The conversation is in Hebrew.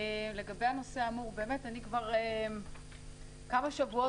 לגבי הנושא האמור - אני באמת כבר כמה שבועות